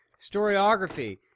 Historiography